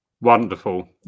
Wonderful